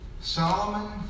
Solomon